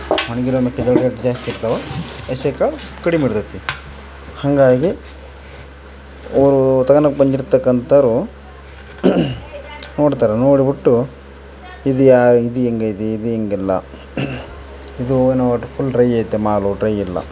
ಒಣಗಿರೋ ಮೆಕ್ಕೆ ಜೋಳ ರೇಟ್ ಜಾಸ್ತಿ ಇರ್ತಾವೆ ಹಸಿ ಕಾಳು ಕಡಿಮೆ ಇರ್ತದೆ ಹಂಗಾಗಿ ಅವರು ತಗೋಳೊಕ್ ಬಂದಿರ್ತಕಂಥವ್ರು ನೋಡ್ತಾರೆ ನೋಡ್ಬಿಟ್ಟು ಇದು ಯಾ ಇದು ಹೆಂಗೈತಿ ಇದು ಹೆಂಗಿಲ್ಲ ಇದೂ ಏನು ಒಟ್ಟು ಫುಲ್ ಡ್ರೈ ಇದೆ ಮಾಲು ಡ್ರೈ ಇಲ್ಲ